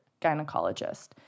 gynecologist